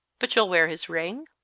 but you'll wear his ring?